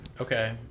Okay